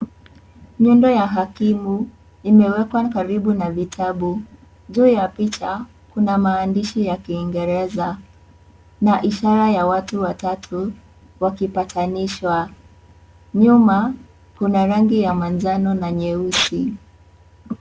Nyundo ya hakimu imewekwa karibu na vitabu. Juu ya picha, kuna maandishi ya kiingereza na ishara ya watu watatu wakipatanishwa. Nyuma, kuna rangi ya manjano na nyeusi.